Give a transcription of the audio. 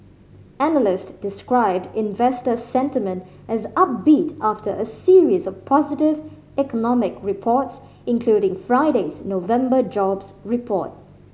analysts described investor sentiment as upbeat after a series of positive economic reports including Friday's November jobs report